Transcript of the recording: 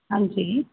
ਹਾਂਜੀ